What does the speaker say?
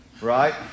right